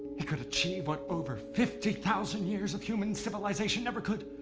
it could achieve what over fifty thousand years of human civilization never could